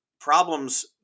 problems